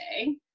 okay